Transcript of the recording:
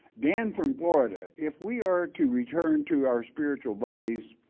dan from florida, if we are to return to our spiritual bodies,